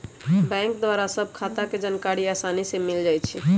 bank द्वारा सभ खता के जानकारी असानी से मिल जाइ छइ